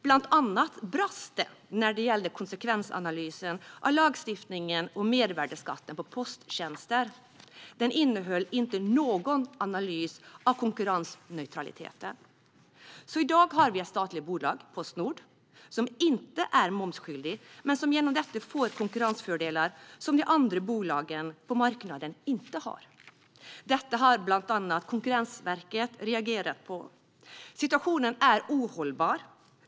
Bland annat brast det när det gällde konsekvensanalysen av lagstiftningen om mervärdesskatt på posttjänster. Det fanns inte någon analys av konkurrensneutraliteten. I dag har vi ett statligt bolag, Postnord, som inte är momsskyldigt och som i och med detta får konkurrensfördelar som de andra bolagen på marknaden inte har. Detta har bland annat Konkurrensverket reagerat på. Situationen är ohållbar.